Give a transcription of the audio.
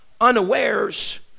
unawares